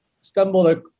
stumbled